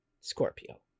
Scorpio